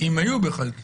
אם היו תלונות.